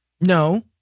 No